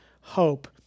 hope